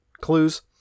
clues